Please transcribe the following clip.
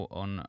on